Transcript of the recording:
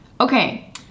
Okay